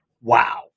Wow